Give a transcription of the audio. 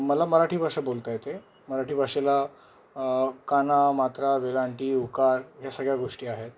मला मराठी भाषा बोलता येते मराठी भाषेला काना मात्रा वेलांटी उकार ह्या सगळ्या गोष्टी आहेत